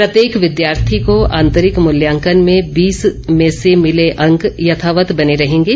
प्रत्येक विद्यार्थी को आंतरिक मूल्यांकन में बीस में से मिले अंक यथावत बने रहेंगे